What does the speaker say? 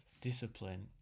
discipline